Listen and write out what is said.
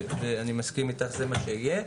אני מסכים איתך וזה מה שיהיה.